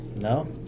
No